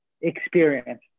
experience